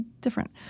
different